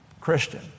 Christian